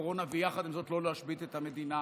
בקורונה ויחד עם זאת לא להשבית את המדינה,